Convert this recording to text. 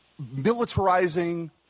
militarizing